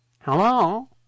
Hello